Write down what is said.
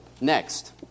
next